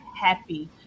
happy